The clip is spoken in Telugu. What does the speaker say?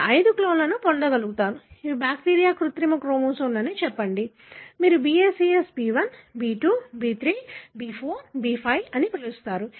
మీరు ఐదు క్లోన్లను పొందగలుగుతారు ఇవి బ్యాక్టీరియా కృత్రిమ క్రోమోజోమ్లు అని చెప్పండి మీరు BACS B1 B2 B3 B4 B5 అని పిలుస్తారు